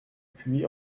puy